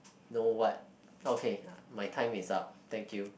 know what okay my time is up thank you